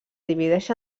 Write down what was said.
divideix